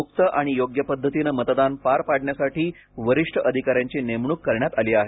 मुक्त आणि योग्य पद्धतीने मतदान पार पाडण्यासाठी वरिष्ठ अधिकाऱ्यांची नेमणूक करण्यात आली आहे